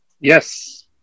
Yes